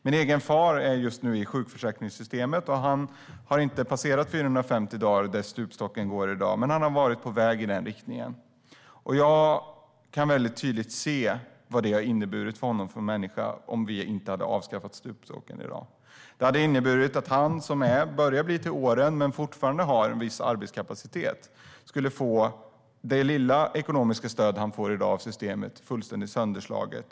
Min egen far är just nu i sjukförsäkringssystemet. Han har inte passerat 450 dagar, där stupstocken går i dag, men han har varit på väg i den riktningen. Jag kan tydligt se vad det hade inneburit för honom som människa om vi inte hade avskaffat stupstocken i dag. Då hade han som börjar bli till åren, men fortfarande har en viss arbetskapacitet, fått det lilla ekonomiska stöd som han får i dag av systemet fullständigt sönderslaget.